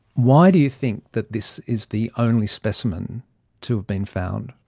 why do you think that this is the only specimen to have been found?